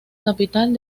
capital